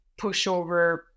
pushover